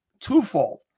twofold